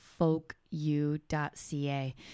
FolkU.ca